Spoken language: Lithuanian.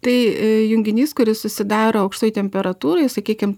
tai junginys kuris susidaro aukštoj temperatūroj sakykim